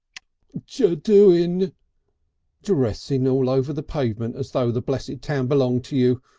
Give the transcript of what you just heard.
jer doing? dressing all over the pavement as though the blessed town belonged to you!